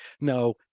no